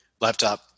Laptop